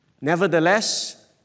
Nevertheless